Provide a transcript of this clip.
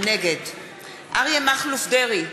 נגד אריה מכלוף דרעי,